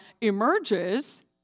emerges